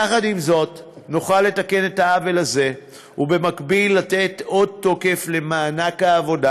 יחד עם זאת נוכל לתקן את העוול הזה ובמקביל לתת עוד תוקף למענק העבודה